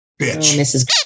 Bitch